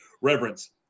reverence